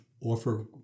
offer